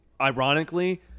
Ironically